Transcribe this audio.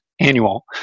annual